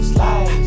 Slide